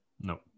No